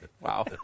Wow